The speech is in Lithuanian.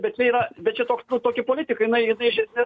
bet čia yra bet čia toks tokia politika jinai jinai iš esmės